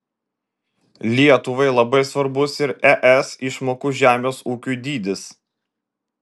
lietuvai labai svarbus ir es išmokų žemės ūkiui dydis